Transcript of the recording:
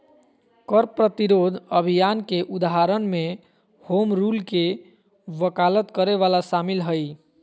कर प्रतिरोध अभियान के उदाहरण में होम रूल के वकालत करे वला शामिल हइ